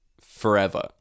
forever